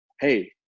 hey